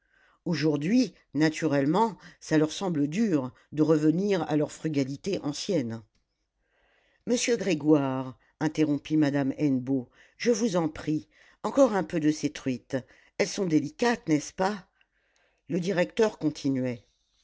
aujourd'hui naturellement ça leur semble dur de revenir à leur frugalité ancienne monsieur grégoire interrompit madame hennebeau je vous en prie encore un peu de ces truites elles sont délicates n'est-ce pas le directeur continuait